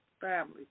family